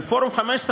אבל פורום ה-15,